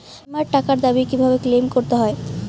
বিমার টাকার দাবি কিভাবে ক্লেইম করতে হয়?